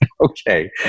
Okay